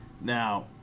Now